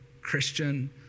Christian